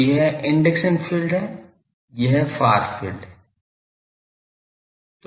तो यह induction field है यह फार फील्ड है